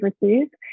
received